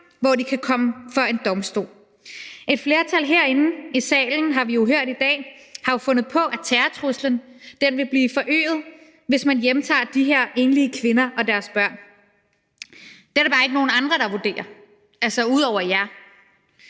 hvor de kan komme for en domstol. Et flertal herinde i salen, har vi jo hørt i dag, har fundet på, at terrortruslen vil blive forøget, hvis man hjemtager de her enlige kvinder og deres børn. Det er der bare ikke nogen andre, der vurderer, altså ud over jer.